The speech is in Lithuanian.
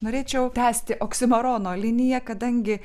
norėčiau tęsti oksimorono liniją kadangi